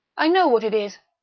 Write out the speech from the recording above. i know what it is.